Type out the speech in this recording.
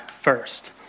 first